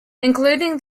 including